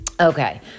okay